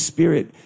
Spirit